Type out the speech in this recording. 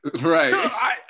Right